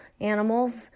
animals